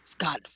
God